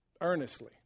earnestly